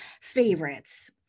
favorites